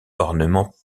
ornement